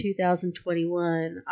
2021